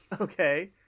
Okay